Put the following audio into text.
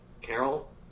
Carol